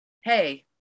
hey